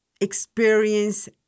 experience